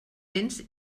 béns